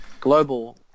Global